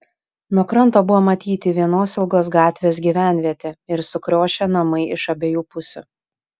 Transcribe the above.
nuo kranto buvo matyti vienos ilgos gatvės gyvenvietė ir sukriošę namai iš abiejų pusių